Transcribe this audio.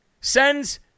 sends